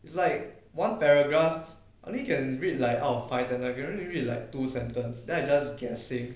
it's like one paragraph only can read like out of five sentence and I can only read like two sentence then I just guessing